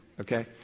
Okay